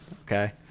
okay